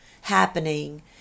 happening